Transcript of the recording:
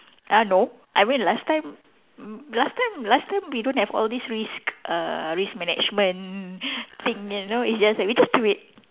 uh no I mean last time mm last time last time we don't have all this risk uh risk management thing you know it's just that we just do it